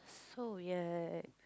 so ya